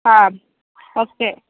ആഹ് okay